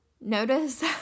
Notice